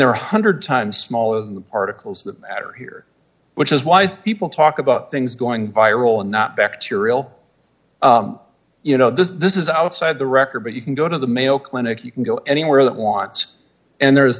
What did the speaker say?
there are one hundred times smaller particles that matter here which is why people talk about things going viral and not bacterial you know this this is outside the record but you can go to the mayo clinic you can go anywhere that wants and there